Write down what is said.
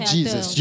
Jesus